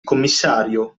commissario